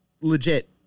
Legit